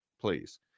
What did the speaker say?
Please